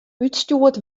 útstjoerd